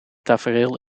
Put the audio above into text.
tafereel